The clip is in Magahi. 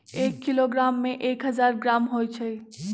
एक किलोग्राम में एक हजार ग्राम होई छई